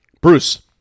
Bruce